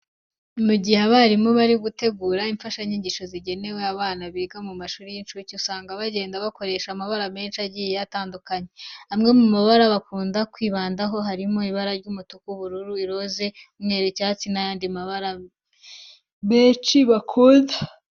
Mu gihe abarimu bari gutegura imfashanyigisho zigenewe abana biga mu mashuri y'incuke, usanga bagenda bakoresha amabara menshi agiye atandukanye. Amwe mu mabara bakunda kwibandaho harimo ibara ry'umutuku, ubururu, iroze, umweru, icyatsi n'ayandi abana benshi bakunda.